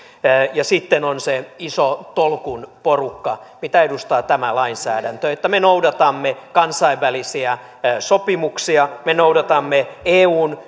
sitten on se iso tolkun porukka mitä edustaa tämä lainsäädäntö että me noudatamme kansainvälisiä sopimuksia me noudatamme eun